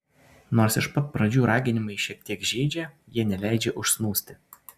nors iš pat pradžių raginimai šiek tiek žeidžia jie neleidžia užsnūsti